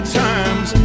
times